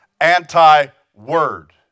anti-word